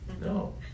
No